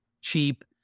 cheap